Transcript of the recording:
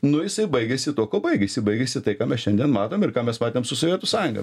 nu jisai baigiasi tuo kuo baigiasi baigiasi tai ką mes šiandien matom ir ką mes matėm su sovietų sąjunga